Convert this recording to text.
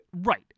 Right